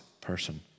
person